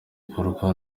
ikorwa